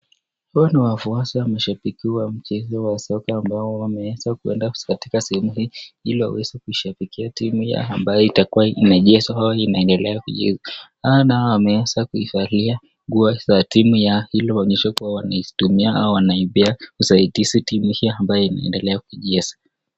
Hawa ni wafuasi mashabiki wa mchezo wa soka ambao wameeza kuenda katika sehemu hii ili waweze kushabikia timu yao ambayo itakuwa inacheza ama inaendelea kucheza, hawa wameweza kuivalia nguo za timu yao ili waonyeshe kuwa wanaitumia au wanaipea usaidizi timu hii ambayo inaendelea kucheza.